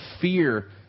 fear